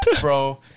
bro